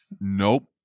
Nope